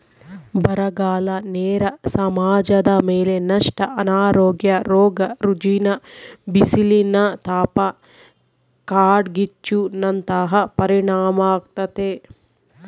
ಬರಗಾಲ ನೇರ ಸಮಾಜದಮೇಲೆ ನಷ್ಟ ಅನಾರೋಗ್ಯ ರೋಗ ರುಜಿನ ಬಿಸಿಲಿನತಾಪ ಕಾಡ್ಗಿಚ್ಚು ನಂತಹ ಪರಿಣಾಮಾಗ್ತತೆ